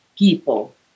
people